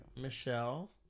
Michelle